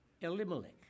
Elimelech